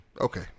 Okay